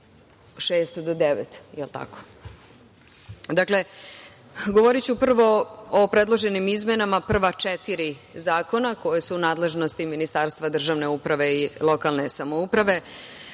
6. do 9.Dakle, govoriću prvo o predloženim izmenama prva četiri zakona koja su u nadležnosti Ministarstva državne uprave i lokalne samouprave.